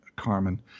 Carmen